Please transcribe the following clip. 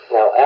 Now